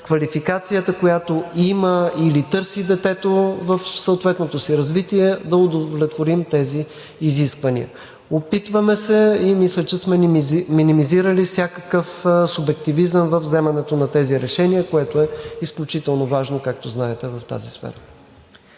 квалификацията, която детето има или търси съответното си развитие, да удовлетворим тези изисквания. Опитваме се и мисля, че сме минимизирали всякакъв субективизъм във вземането на тези решения, което е изключително важно в тази сфера,